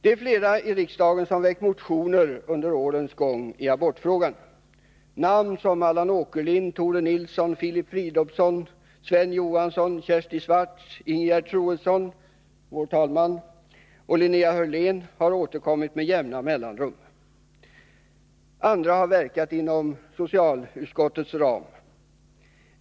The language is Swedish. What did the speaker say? Det är flera i riksdagen som väckt motioner under årens gång i abortfrågan. Namn som Allan Åkerlind, Tore Nilsson, Filip Fridolfsson, Sven Johansson, Kersti Swartz, Ingegerd Troedsson, fungerande talman, och Linnéa Hörlén har återkommit med jämna mellanrum. Andra har verkat inom socialutskottets ram.